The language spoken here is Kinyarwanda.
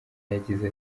yagize